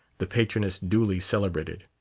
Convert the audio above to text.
the patroness duly celebrated.